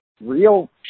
real